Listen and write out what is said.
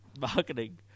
Marketing